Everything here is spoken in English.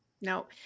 No